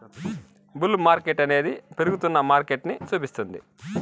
bull మార్కెట్టనేది పెరుగుతున్న మార్కెటని సూపిస్తుంది